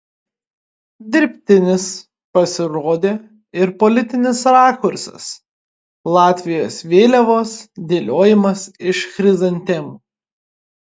dirbtinis pasirodė ir politinis rakursas latvijos vėliavos dėliojimas iš chrizantemų